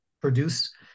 produce